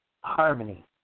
harmony